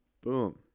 Boom